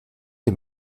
dem